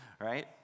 right